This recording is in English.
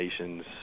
nation's